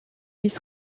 miz